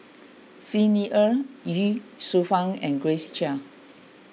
Xi Ni Er Ye Shufang and Grace Chia